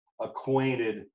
acquainted